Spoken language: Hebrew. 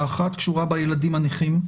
האחת קשורה בילדים הנכים,